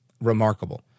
remarkable